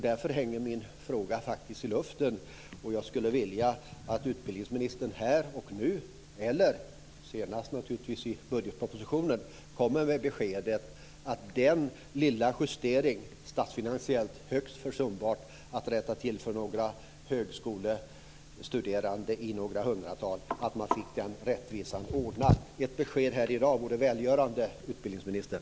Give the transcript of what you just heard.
Därför hänger min fråga faktiskt i luften, och jag skulle vilja att utbildningsministern här och nu eller senast i budgetpropositionen kommer med ett besked om den lilla justeringen - statsfinansiellt högst försumbar - att rätta till för några hundratal högskolestuderande så att man fick den rättvisan ordnad. Ett besked här i dag vore välgörande, utbildningsministern.